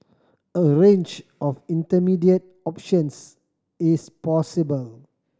a range of intermediate options is possible